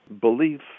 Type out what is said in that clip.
belief